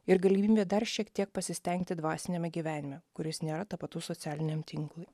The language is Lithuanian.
ir galimybė dar šiek tiek pasistengti dvasiniame gyvenime kuris nėra tapatus socialiniam tinklui